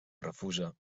refusa